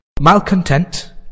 Malcontent